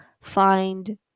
find